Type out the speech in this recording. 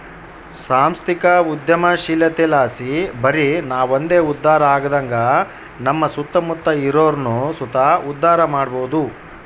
ಸಾಂಸ್ಥಿಕ ಉದ್ಯಮಶೀಲತೆಲಾಸಿ ಬರಿ ನಾವಂದೆ ಉದ್ಧಾರ ಆಗದಂಗ ನಮ್ಮ ಸುತ್ತಮುತ್ತ ಇರೋರ್ನು ಸುತ ಉದ್ಧಾರ ಮಾಡಬೋದು